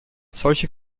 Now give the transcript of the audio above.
solche